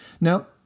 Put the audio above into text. Now